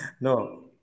No